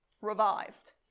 revived